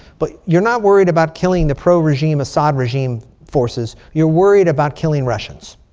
but you're not worried about killing the pro-regime, assad regime forces. you're worried about killing russians.